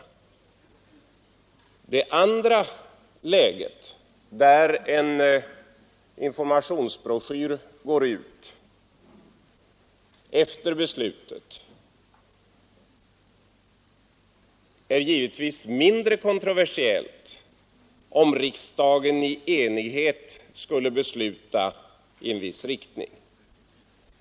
Det andra läget, då en informationsbroschyr går ut efter beslutet, är givetvis mindre kontroversiellt, om riksdagen i enighet skulle besluta i en viss riktning.